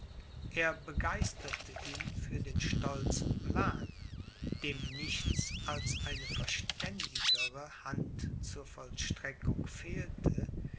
er begeisterte ihn für den stolzen plan dem nichts als eine verständigere hand zur vollstreckung fehlte